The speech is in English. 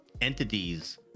entities